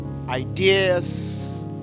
Ideas